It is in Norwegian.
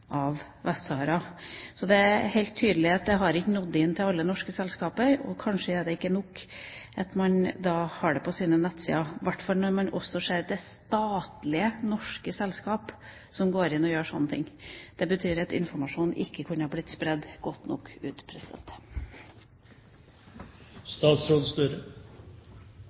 Så det er helt tydelig at det ikke har nådd inn til alle norske selskaper. Kanskje er det ikke nok at man har det på sine nettsider, i hvert fall når man også ser at det er statlige norske selskaper som går inn og gjør slike ting. Det betyr at informasjonen ikke er blitt spredd godt nok ut.